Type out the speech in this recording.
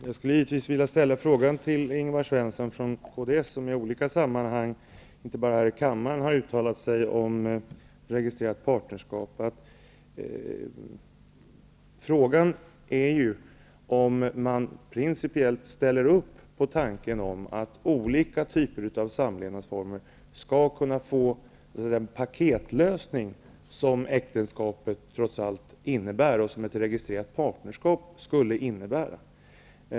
Jag skulle givetvis vilja ställa frågan till Ingvar Svensson från Kds, som i olika sammanhang, inte bara i riksdagen, uttalat sig om registrerat partnerskap, om han principiellt ställer upp på tanken att olika typer av samlevnadsformer skall kunna få den paketlösning som äktenskapet trots allt innebär och som ett registrerat partnerskap skulle innebära.